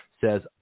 says